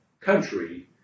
country